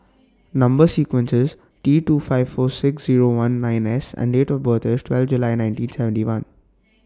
Number sequence IS T two five four six Zero one nine S and Date of birth IS twelfth July nineteen seventy one